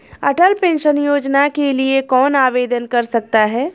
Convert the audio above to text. अटल pension Yojana के लिए कौन आवेदन कर सकता है?